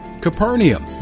Capernaum